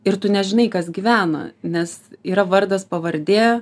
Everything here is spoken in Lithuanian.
ir tu nežinai kas gyvena nes yra vardas pavardė